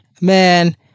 man